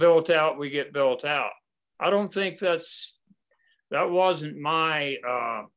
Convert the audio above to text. built out we get built out i don't think that's that wasn't my